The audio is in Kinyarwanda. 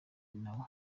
nawe